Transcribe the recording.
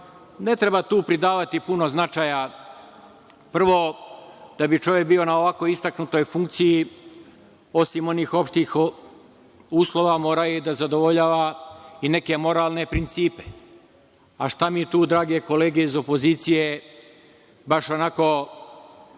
ne treba tu pridavati puno značaja. Prvo, da bi čovek bio na ovako istaknutoj funkciji, osim onih opštih uslova, mora i da zadovoljava i neke moralne principe. Šta mi tu, drage kolege iz opozicije, baš onako